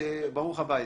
ברוך הבא ידידי,